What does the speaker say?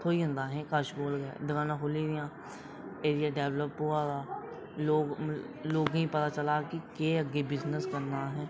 थ्होई जंदा कश कोल गै की के दकानां खुह्ल्ली दियां न एरिया डैवलप होआ दा लोकें गी पता चलै दा कि केह् अग्गें बिज़नेस करना असें